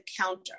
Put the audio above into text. counter